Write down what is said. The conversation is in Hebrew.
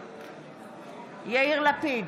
בעד יאיר לפיד,